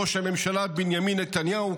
ראש הממשלה בנימין נתניהו,